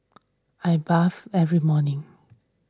I bath every morning